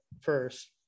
first